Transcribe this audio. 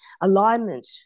alignment